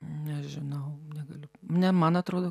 nežinau negaliu ne man atrodo